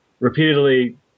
repeatedly